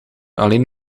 alleen